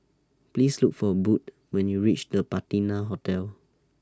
Please Look For Budd when YOU REACH The Patina Hotel